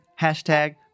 hashtag